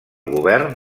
govern